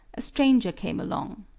a stranger came along.